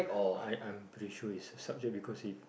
I I'm pretty sure is subject because it